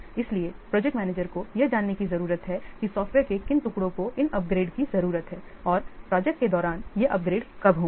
इसलिए project manager को यह जानने की जरूरत है कि सॉफ्टवेयर के किन टुकड़ों को इन अपग्रेड की जरूरत है और प्रोजेक्ट के दौरान ये अपग्रेड कब होंगे